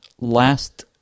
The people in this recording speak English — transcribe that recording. last